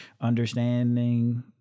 understanding